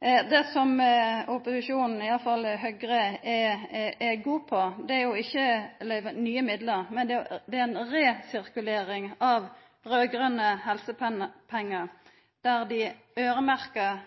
Det som opposisjonen, i alle fall Høgre, er god på, er ikkje å løyva nye midlar, men det er ei resirkulering av raud-grøne helsepengar der dei øyremerkjer